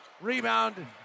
Rebound